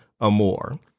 Amore